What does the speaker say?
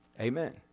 Amen